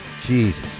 jesus